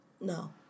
No